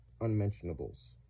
unmentionables